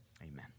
amen